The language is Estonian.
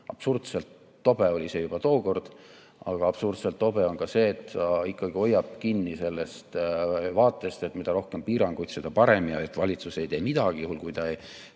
Absurdselt tobe oli see juba tookord. Aga absurdselt tobe on see, et ta ikkagi hoiab kinni sellest vaatest, et mida rohkem piiranguid, seda parem, ja et valitsus ei tee midagi, juhul kui ta ei